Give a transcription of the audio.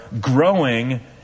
growing